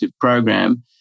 program